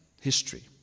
history